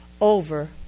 over